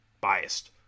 Biased